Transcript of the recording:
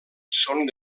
són